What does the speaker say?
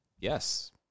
yes